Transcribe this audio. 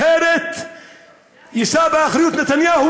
אחרת יישא באחריות נתניהו,